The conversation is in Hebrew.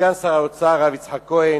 סגן שר האוצר הרב יצחק כהן,